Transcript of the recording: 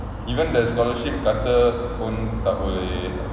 even the scholarship kata pun tak boleh